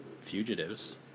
fugitives